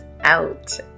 out